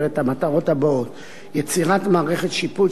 את המטרות הבאות: יצירת מערכת שיפוט של